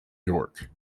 york